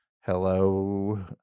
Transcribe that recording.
Hello